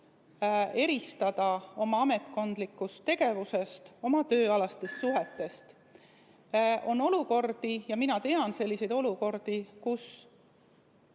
eristada oma ametkondlikust tegevusest, oma tööalastest suhetest. On olukordi, ja mina tean selliseid olukordi, kus